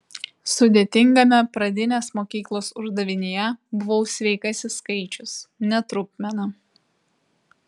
sudėtingame pradinės mokyklos uždavinyje buvau sveikasis skaičius ne trupmena